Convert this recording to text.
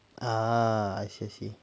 ah I see I see